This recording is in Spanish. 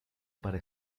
para